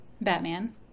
Batman